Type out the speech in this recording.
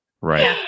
Right